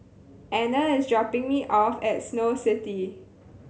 Ana is dropping me off at Snow City